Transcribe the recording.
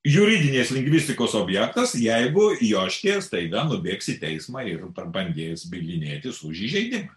juridinės lingvistikos objektas jeigu joškė staiga nubėgs į teismą ir pabandys bylinėtisuž įžeidimą